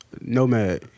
Nomad